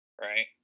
right